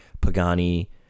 Pagani